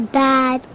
bad